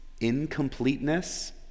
incompleteness